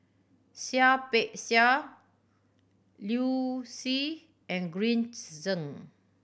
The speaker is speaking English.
Seah Peck Seah Liu Si and Green Zeng